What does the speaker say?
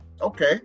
Okay